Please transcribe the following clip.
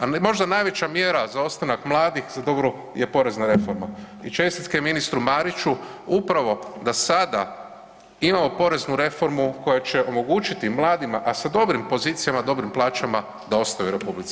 A možda najveća mjera za ostanak mladih … [[Govornik se ne razumije]] je porezna reforma i čestitke ministru Mariću upravo da sada imamo poreznu reformu koja će omogućiti mladima, a sa dobrim pozicijama, dobrim plaćama, da ostaju u RH.